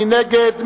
מי נגד?